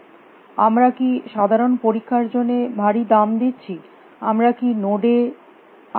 আমরা কী সাধারণ পরীক্ষার জন্য ভারি দাম দিচ্ছি আমরা কী নোড এ নোড আগে এসেছি